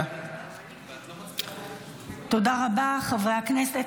של חברי הכנסת